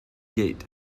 gate